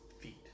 feet